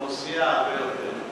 באוכלוסייה, הרבה יותר.